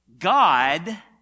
God